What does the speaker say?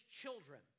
children